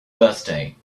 birthday